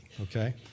okay